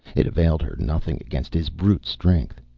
it availed her nothing against his brute strength.